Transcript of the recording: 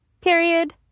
period